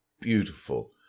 beautiful